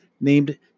named